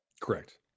Correct